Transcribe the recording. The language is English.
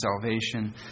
salvation